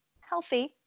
healthy